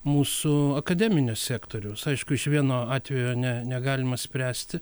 mūsų akademinio sektoriaus aišku iš vieno atvejo ne negalima spręsti